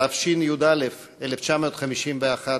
התשי"א 1951,